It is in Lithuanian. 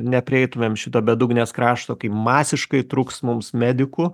neprieitumėm šito bedugnės krašto kai masiškai trūks mums medikų